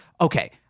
okay